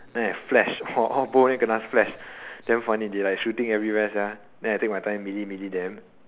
then I flash !wah! all both of them kena flash damn funny they like shooting everywhere sia then I take my time melee melee them